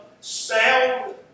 sound